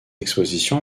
exposition